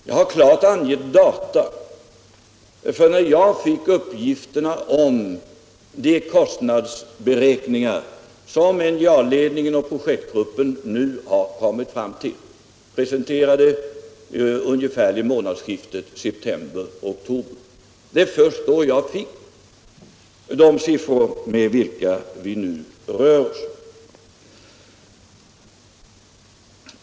Jag har klart angett att uppgifterna om de kostnadsberäkningar som NJA-ledningen och projektgruppen nu har kommit fram till presenterades för oss ungefär i månadsskiftet september-oktober. Det är först då jag fick de siffror med vilka vi nu rör oss.